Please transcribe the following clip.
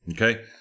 Okay